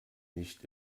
nicht